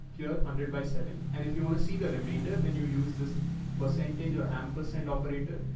here hundred by seven, and if you want to see the remainder, then you use this percentage or ampersand operator.